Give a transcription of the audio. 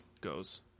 goes